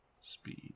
speed